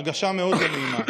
הרגשה מאוד לא נעימה,